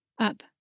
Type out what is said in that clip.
Up